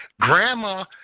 Grandma